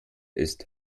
ist